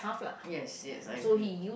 yes yes I agree